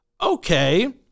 Okay